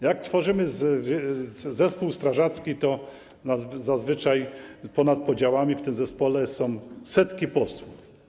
Jak tworzymy zespół strażacki, to zazwyczaj ponad podziałami w tym zespole są setki posłów.